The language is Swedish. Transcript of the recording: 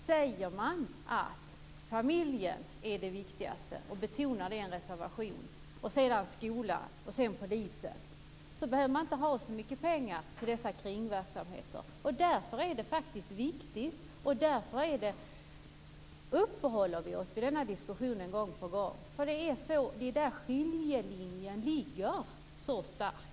Säger man att familjen är det viktigaste och betonar det i en reservation och att därefter kommer skolan och polisen, behöver man inte ha så mycket pengar för kringverksamheter. Anledningen till att vi uppehåller oss vid denna diskussion gång på gång är att det är där skiljelinjen ligger så starkt.